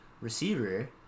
receiver